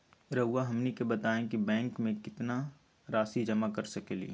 रहुआ हमनी के बताएं कि बैंक में कितना रासि जमा कर सके ली?